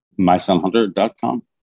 mysonhunter.com